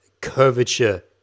curvature